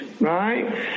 Right